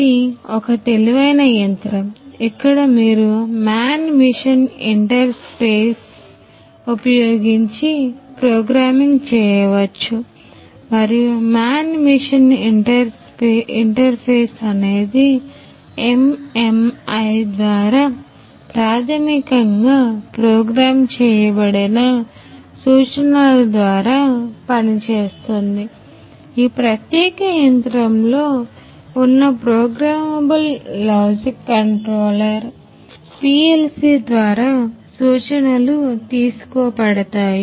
ఇది ఒక తెలివైన యంత్రం ఇక్కడ మీరు మ్యాన్ మెషిన్ఇంటర్ఫేస్ PLC ద్వారా సూచనలు తీసుకోబడతాయి